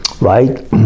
right